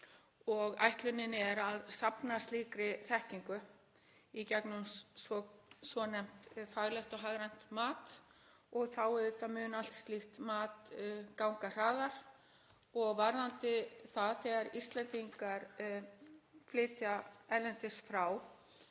Ætlunin er að safna slíkri þekkingu í gegnum svo svonefnt faglegt og hagrænt mat og þá mun allt slíkt mat auðvitað ganga hraðar. Varðandi það þegar Íslendingar flytja erlendis frá